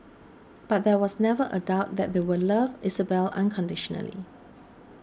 but there was never a doubt that they would love Isabelle unconditionally